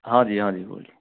हाँ जी हाँ जी बोलिए